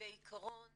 בעקרון